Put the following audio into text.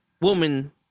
woman